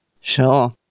Sure